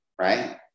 right